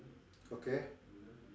okay